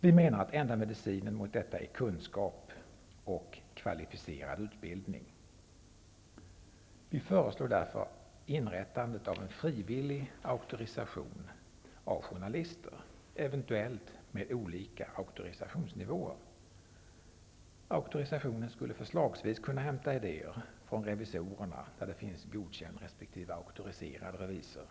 Vi menar att den enda medicinen mot detta är kunskap och kvalificerad utbildning. Vi föreslår därför en frivillig auktorisation av journalister, eventuellt med olika auktorisationsnivåer. Man skulle kunna hämta idéer från exempelvis revisorsområdet, där man har godkänd resp. auktoriserad revisor.